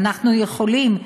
אנחנו יכולים,